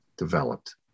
developed